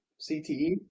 cte